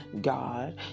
God